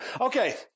Okay